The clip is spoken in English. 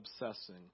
obsessing